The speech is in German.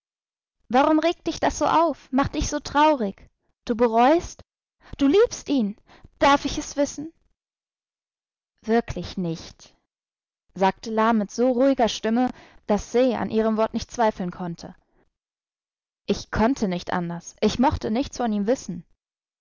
warum regt dich das so auf macht dich so traurig du bereust du liebst ihn darf ich es wissen wirklich nicht sagte la mit so ruhiger stimme daß se an ihrem wort nicht zweifeln konnte ich konnte nicht anders ich mochte nichts von ihm wissen